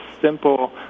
simple